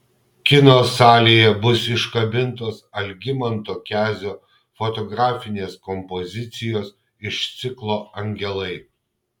kino salėje bus iškabintos algimanto kezio fotografinės kompozicijos iš ciklo angelai